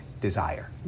desire